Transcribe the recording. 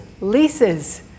leases